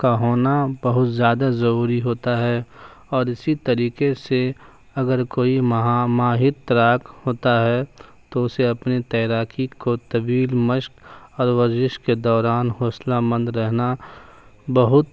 کا ہونا بہت زیادہ ضروری ہوتا ہے اور اسی طریقے سے اگر کوئی مہا ماہر تیراک ہوتا ہے تو اسے اپنی تیراکی کو طویل مشق اور ورزش کے دوران حوصلہ مند رہنا بہت